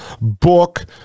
Book